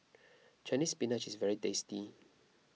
Chinese Spinach is very tasty